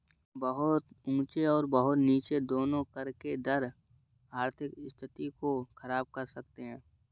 बहुत ऊँचे और बहुत नीचे दोनों कर के दर आर्थिक स्थिति को ख़राब कर सकते हैं